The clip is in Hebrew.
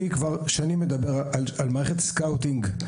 אני כבר שנים מדבר על מערכת סקרטינג.